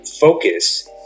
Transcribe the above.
focus